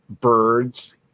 birds